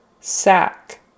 sack